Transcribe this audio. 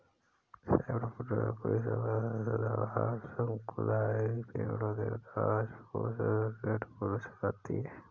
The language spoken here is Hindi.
सॉफ्टवुड लकड़ी सदाबहार, शंकुधारी पेड़ों, देवदार, स्प्रूस, रेडवुड से आती है